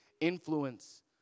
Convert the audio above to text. influence